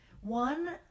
one